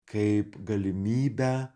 kaip galimybę